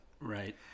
right